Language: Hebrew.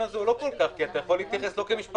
הזה לא כל כך נכון כי אתה יכול להתייחס לא כמשפחה,